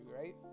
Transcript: right